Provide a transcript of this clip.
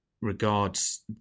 regards